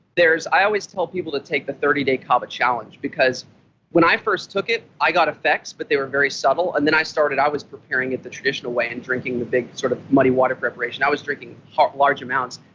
there is. i always tell people to take the thirty day kava challenge because when i first took it, i got effects, but they were very subtle. and then i started. i was preparing it the traditional way and drinking the big, sort of muddywater preparation. i was drinking large amounts.